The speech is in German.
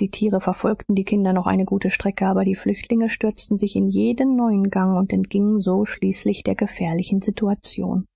die tiere verfolgten die kinder noch eine gute strecke aber die flüchtlinge stürzten sich in jeden neuen gang und entgingen so schließlich der gefährlichen situation